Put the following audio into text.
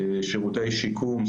שירותי שיקום,